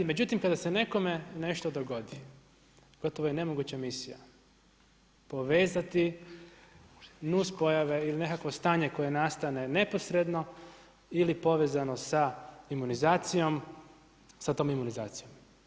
Međutim, kada se nekome nešto dogodi gotovo je nemoguća misija povezati nuspojave ili nekakvo stanje koje nastane neposredno ili povezano sa imunizacijom, sa tom imunizacijom.